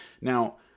Now